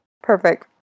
perfect